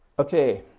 Okay